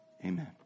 Amen